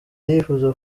yifuza